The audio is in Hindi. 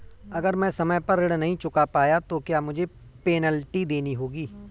अगर मैं समय पर ऋण नहीं चुका पाया तो क्या मुझे पेनल्टी देनी होगी?